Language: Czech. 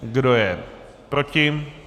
Kdo je proti?